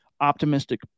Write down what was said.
optimistic